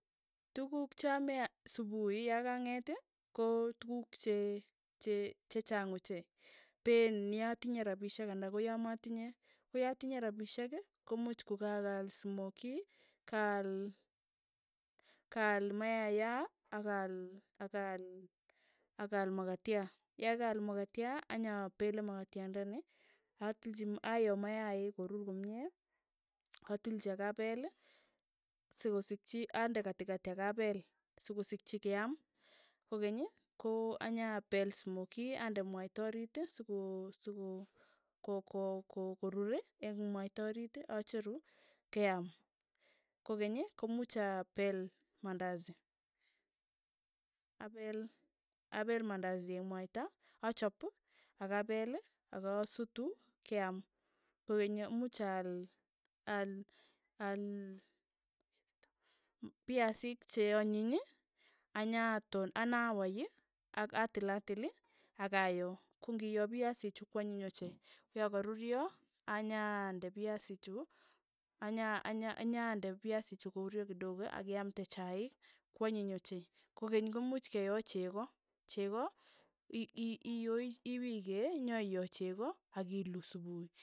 Tukuk cha aame supuhi yakang'et ko tukuk che- che- che chaang ochei, peen yaa atinye rapishek ana ko ya matinye, ko ya atinye rapishek, ko muuch kokakaal smokii, kaal kaal mayaya akaal akaal akaal makatya, ya kaal makatya, anyapele makatyandani atil ayoo mayaik korur komye, atilchi akapeel, sikosikchi ande katikati akapeel, sikosikchi keaam, kokeny, ko anyapeel smokii ande mwaita orit sokoo sokoo, ko- ko- koruur eng mwaita urit acheru keaam, kokeny komuch apeel mandasi, apeel apeel mandasi eng mwaita, achop akapel, akasuu, ak keam, kokeny imuch aal aal fiasiik che anyiny anyaton anawaiy, ak atil atil ii, akayoo, ko ngi iyo fiasiik chu kwa nyiny ochei, ko ya karuryo, anyande fiasiik chu anya anya anyande fiasiik chu kouryo kidogo ak iamnde chaik, kwanyiny ochei, kokeny komuch keyoo cheko cheko ii iyoi ipiikee nyoiyoo cheko ak ilu supui.